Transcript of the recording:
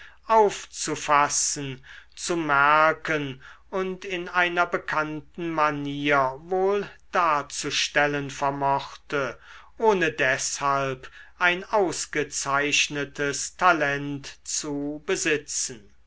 aufzufassen zu merken und in einer bekannten manier wohl darzustellen vermochte ohne deshalb ein ausgezeichnetes talent zu besitzen